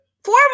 Four